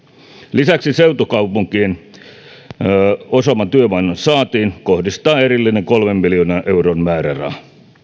lisäksi seutukaupunkien osaavan työvoiman saantiin kohdistetaan erillinen kolmen miljoonan euron määräraha